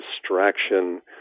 distraction